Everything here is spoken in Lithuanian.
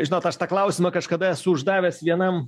žinot aš tą klausimą kažkada esu uždavęs vienam